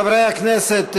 חברי הכנסת,